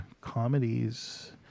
comedies